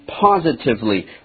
positively